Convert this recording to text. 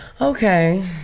okay